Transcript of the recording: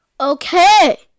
Okay